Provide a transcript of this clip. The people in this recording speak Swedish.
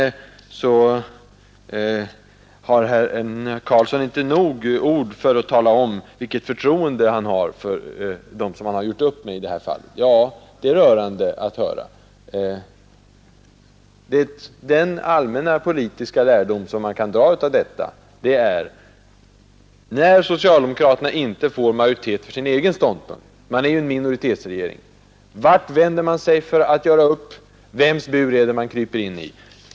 Herr Karlsson har inte ord starka nog för att tala om vilket förtroende han har för dem, som han gjort upp med i detta fall. Ja, det är rörande. Den allmänna politiska lärdom som man kan dra av detta är att när socialdemokraterna inte får majoritet för sin egen ståndpunkt — man är ju en minoritetsregering — vart vänder man sig för att göra upp, vems bur är det man kryper in i?